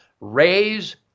raise